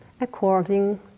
according